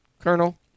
Colonel